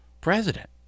president